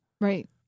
Right